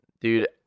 dude